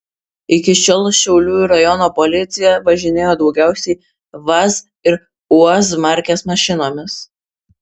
iki šiol šiaulių rajono policija važinėjo daugiausiai vaz ir uaz markės mašinomis